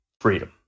freedom